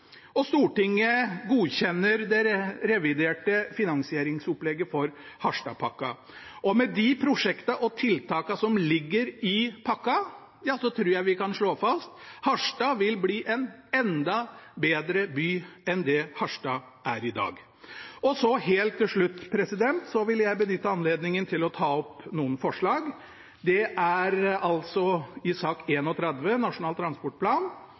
og Finnmark fylkeskommune, og Stortinget godkjenner det reviderte finansieringsopplegget for Harstadpakken. Med de prosjektene og tiltakene som ligger i pakken, tror jeg vi kan slå fast at Harstad vil bli en enda bedre by enn det Harstad er i dag. Helt til slutt vil jeg benytte anledningen til å ta opp noen forslag. Det er altså i sak nr. 31, Nasjonal transportplan,